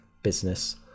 business